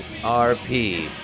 RP